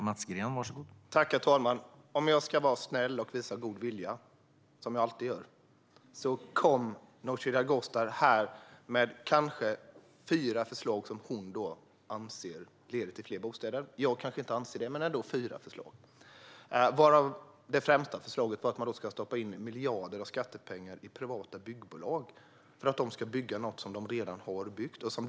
Herr talman! Om jag ska vara snäll och visa god vilja, vilket jag alltid gör, kom Nooshi Dadgostar med kanske fyra förslag som hon anser leder till fler bostäder. Jag anser kanske inte det, men det var ändå fyra förslag. Det främsta av dessa förslag var att man ska stoppa in miljarder av skattepengar i privata byggbolag för att de ska bygga något de redan har byggt.